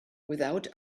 without